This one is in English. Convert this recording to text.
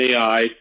AI